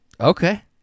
Okay